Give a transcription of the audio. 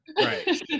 Right